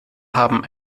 haben